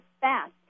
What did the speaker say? fast